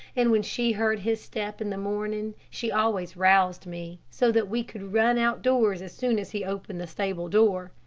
and when she heard his step in the morning she always roused me, so that we could run out-doors as soon as he opened the stable door.